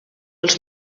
els